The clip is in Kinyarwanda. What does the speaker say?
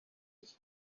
iki